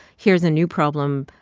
here's a new problem.